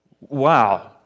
Wow